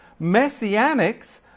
Messianics